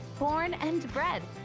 born and bred.